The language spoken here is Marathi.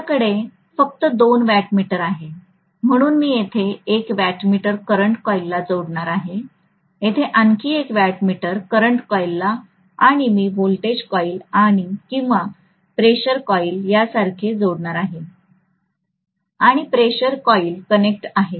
माझ्याकडे फक्त दोन वॅट मीटर आहेत म्हणून मी येथे एक वॅट मीटर करंट कॉइल जोडणार आहे येथे आणखी एक वॅट मीटर करंट कॉइल आहे आणि मी व्होल्टेज कॉइल किंवा प्रेशर कॉइल यासारखे जोडणार आहे आणि प्रेशर कॉइल कनेक्ट आहे